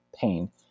pain